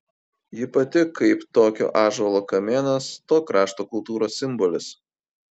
ji pati kaip tokio ąžuolo kamienas to krašto kultūros simbolis